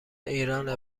ایرانه